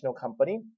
company